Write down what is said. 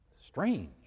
Strange